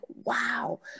wow